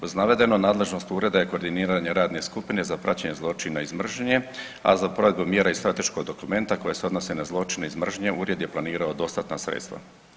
Uz navedeno nadležnost Ureda je koordiniranje radne skupine za praćenje zločina iz mržnje, a za provedbu mjera i strateškog dokumenta koji se odnose na zločine iz mržnje, Ured je planirao dostatna sredstva.